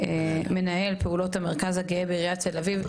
מנהל פעולות המרכז הגאה בעיריית תל אביב.